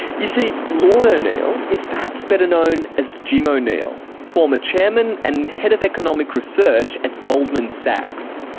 you see, lord o'neill is perhaps better known as jim o'neill, former chairman and head of economic research at goldman sachs.